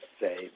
say